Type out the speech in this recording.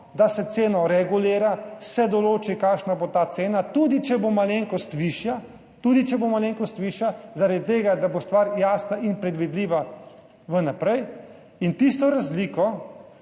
da se ceno regulira, se določi, kakšna bo ta cena, tudi če bo malenkost višja, zaradi tega, da bo stvar jasna in predvidljiva vnaprej in tisto razliko